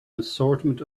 assortment